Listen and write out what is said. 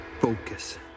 Focus